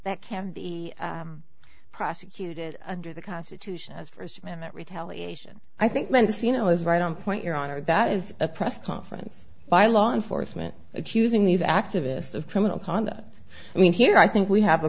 that can be prosecuted under the constitution as a first amendment retaliation i think mendocino is right on point your honor that is a press conference by law enforcement accusing these activists of criminal conduct i mean here i think we have a